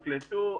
הוקלטו,